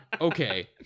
Okay